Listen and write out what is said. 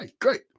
great